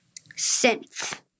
Synth